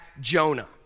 Jonah